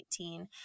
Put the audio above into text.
2018